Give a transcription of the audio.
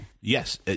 Yes